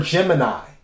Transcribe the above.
Gemini